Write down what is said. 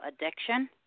addiction